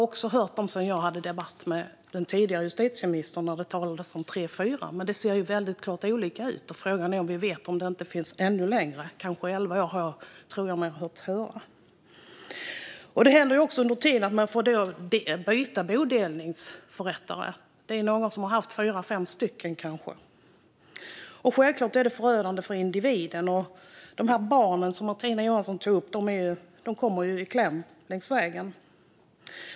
I min debatt med den tidigare justitieministern talades det om tre fyra år, men det ser förstås väldigt olika ut. Frågan är om det inte finns fall som tagit ännu längre tid; jag tror mig ha hört talas om elva år. Det händer också att man under denna tid får byta bodelningsförrättare. Någon kanske har haft fyra fem stycken. Självklart är det förödande för individen. De barn som Martina Johansson tog upp kommer förstås i kläm längs vägen.